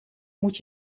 moet